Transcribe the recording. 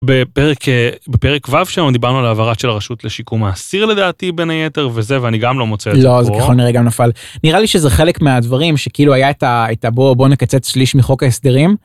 בפרק.. בפרק ו׳ שם דיברנו על העברת של הרשות לשיקום האסיר לדעתי בין היתר וזה, ואני גם לא מוצא... לא, זה ככל הנראה גם נפל. נראה לי שזה חלק מהדברים שכאילו היה את ה.. הייתה בוא, בוא נקצץ שליש מחוק ההסדרים.